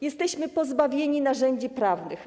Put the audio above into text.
Jesteśmy pozbawieni narzędzi prawnych.